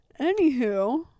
anywho